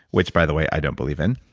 which by the way i don't believe in.